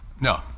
no